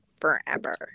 forever